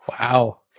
Wow